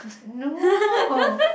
no